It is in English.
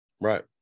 right